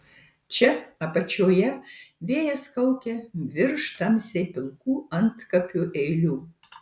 čia apačioje vėjas kaukia virš tamsiai pilkų antkapių eilių